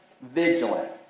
Vigilant